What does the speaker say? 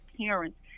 parents